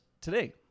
today